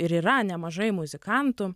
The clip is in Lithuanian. ir yra nemažai muzikantų